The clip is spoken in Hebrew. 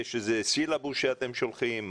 יש איזה סילבוס שאתם שולחים?